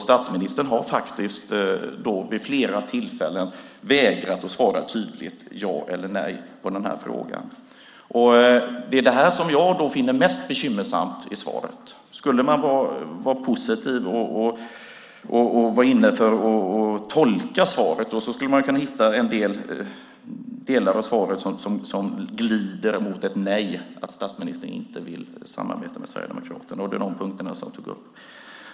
Statsministern har faktiskt vid flera tillfällen vägrat att svara tydligt ja eller nej på den här frågan. Det är de punkter i svaret som jag tog upp som jag tycker är mest bekymmersamma. Skulle man vara positiv och gå in för att tolka svaret skulle man kunna hitta en del delar av svaret som glider mot ett nej, att statsministern inte vill samarbeta med Sverigedemokraterna.